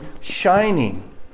shining